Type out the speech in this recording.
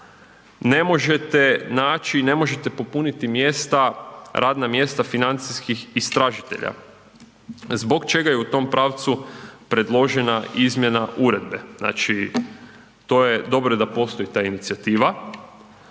ne može naći i ne možete popuniti mjesta, radna mjesta financijskih istražitelja zbog čega je u tom pravcu predložena izmjena uredba. Znači, dobro je da postoji inicijativa,